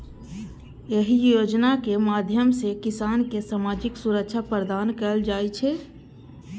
एहि योजनाक माध्यम सं किसान कें सामाजिक सुरक्षा प्रदान कैल जाइ छै